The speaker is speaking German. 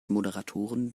moderatoren